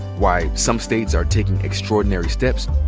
why some states are taking extraordinary steps,